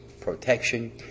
protection